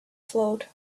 float